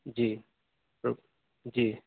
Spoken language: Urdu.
جی جی